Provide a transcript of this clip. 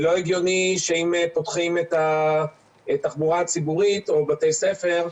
לא הגיוני שאם פותחים את התחבורה הציבורית או את בתי הספר,